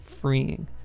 freeing